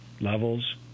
levels